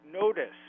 notice